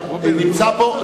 אתמול הרסו בית במוסמוס.